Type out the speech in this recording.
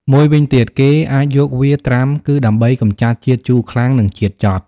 មួយវិញទៀតគេអាចយកវាត្រាំគឺដើម្បី កម្ចាត់ជាតិជូរខ្លាំង និងជាតិចត់។